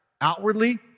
Outwardly